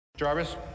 Jarvis